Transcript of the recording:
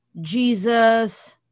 Jesus